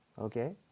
okay